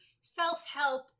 self-help